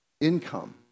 income